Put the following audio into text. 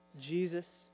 Jesus